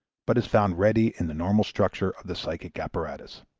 but is found ready in the normal structure of the psychic apparatus.